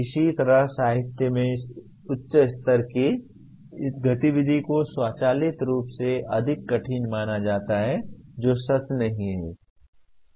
किसी तरह साहित्य में उच्च स्तर की गतिविधि को स्वचालित रूप से अधिक कठिन माना जाता है जो सच नहीं है